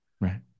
Right